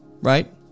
right